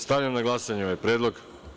Stavljam na glasanje ovaj predlog.